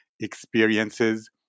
experiences